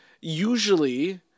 usually